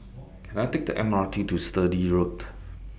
Can I Take A M R T to Sturdee Road